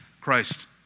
Christ